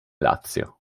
lazio